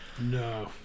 No